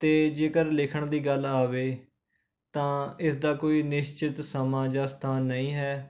ਅਤੇ ਜੇਕਰ ਲਿਖਣ ਦੀ ਗੱਲ ਆਵੇ ਤਾਂ ਇਸਦਾ ਕੋਈ ਨਿਸ਼ਚਿਤ ਸਮਾਂ ਜਾਂ ਸਥਾਨ ਨਹੀਂ ਹੈ